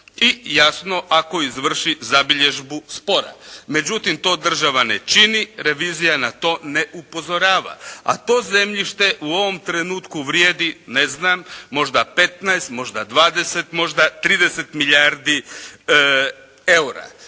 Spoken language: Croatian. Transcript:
i jasno ako izvrši zabilježbu spora. Međutim to država ne čini. Revizija na to ne upozorava. A to zemljište u ovom trenutku vrijedi, ne znam, možda 15, možda 20, možda 30 milijardi EUR-a.